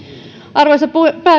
arvoisa